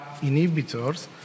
inhibitors